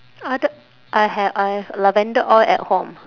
uh the I have I have lavender oil at home